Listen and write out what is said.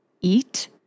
eat